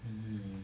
mm